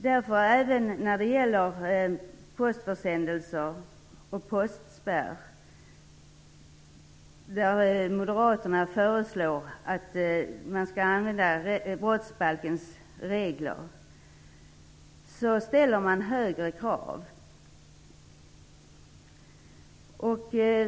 Därför är det så att Moderaterna, även när de i fråga om postförsändelser och postspärr föreslår att man skall använda brottsbalkens regler, ställer högre krav.